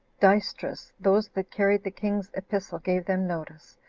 dystrus, those that carried the king's epistle gave them notice,